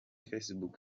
facebook